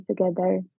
together